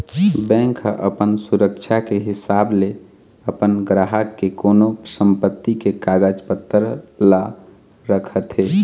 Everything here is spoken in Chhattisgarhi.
बेंक ह अपन सुरक्छा के हिसाब ले अपन गराहक के कोनो संपत्ति के कागज पतर ल रखथे